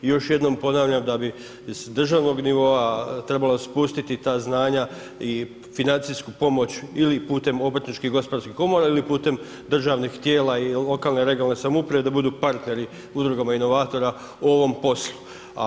I još jednom ponavljam da bi s državnog nivoa trebalo spustiti ta znanja i financijsku pomoć ili putem obrtničkih i gospodarskih komora ili putem državnih tijela i lokalne i regionalne samouprave da budu partneri udrugama inovatora u ovom poslu.